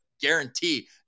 guarantee